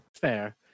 Fair